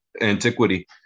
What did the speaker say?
antiquity